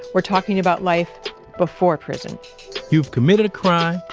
we're talking about life before prison you've committed a crime,